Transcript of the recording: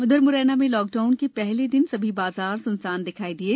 उधर म्रैना में लॉकडाउन के हले दिन सभी बाजार सुनसान दिखाई दिये